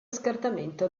scartamento